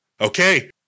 okay